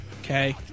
okay